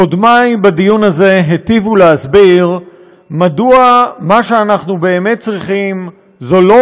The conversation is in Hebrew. קודמי בדיון הזה היטיבו להסביר מדוע מה שאנחנו באמת צריכים זה לא